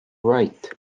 right